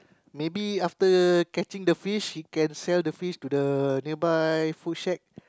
maybe after catching the fish he can sell the fish to the nearby food shack